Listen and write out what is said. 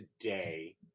today